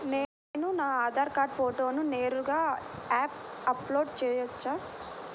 నేను నా ఆధార్ కార్డ్ ఫోటోను నేరుగా యాప్లో అప్లోడ్ చేయవచ్చా?